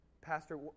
Pastor